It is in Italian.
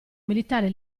militare